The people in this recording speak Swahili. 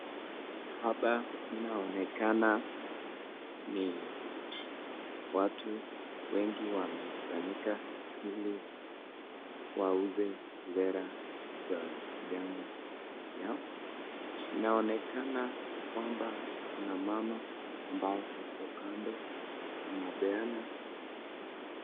Haba inaonekana ni watu wengi wamesanyika ili wauze vera za ndama ya inaonekana kwamba kuna mama ambaye ako kando anabeana